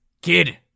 kid